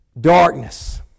darkness